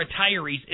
retirees